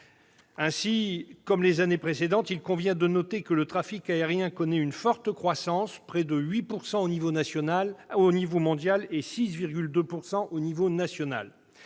Ainsi, comme les années précédentes, il convient de noter que le trafic aérien connaît une forte croissance, de près de 8 % au niveau mondial et de 6,2 % sur le plan national.